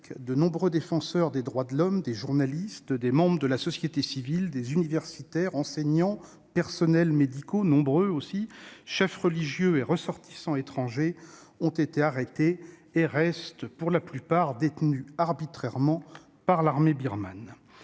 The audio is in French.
de nombreux défenseurs des droits de l'homme, journalistes, membres de la société civile, universitaires, enseignants, personnels médicaux, chefs religieux et ressortissants étrangers ont été arrêtés et restent pour la plupart détenus arbitrairement par l'armée birmane.